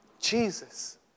Jesus